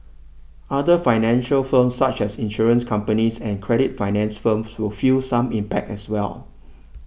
other financial firms such as insurance companies and credit finance firms will feel some impact as well